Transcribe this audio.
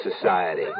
Society